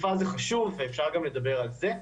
אנחנו פונים למשטרת ישראל בבקשה להכיר בהם כקורבנות סחר,